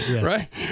right